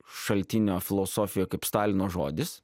šaltinio filosofija kaip stalino žodis